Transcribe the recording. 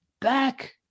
back